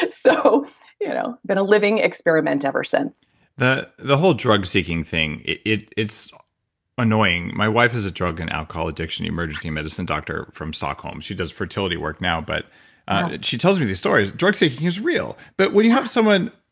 so you know been a living experiment ever since the the whole drug seeking thing, it's annoying. my wife is a drug and alcohol addiction emergency medicine doctor from stockholm. she does fertility work now, but and she tells me these stories. drug seeking is real, but when you have someone